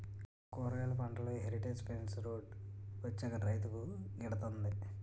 కూరగాయలు పంటలో heritage fence road వచ్చాక రైతుకు గిడతంది